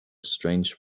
strange